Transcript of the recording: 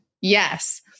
Yes